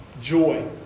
joy